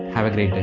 have a great